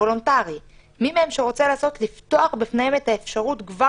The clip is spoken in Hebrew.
וולונטרי לפתוח בפניהם את האפשרות כבר